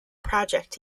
project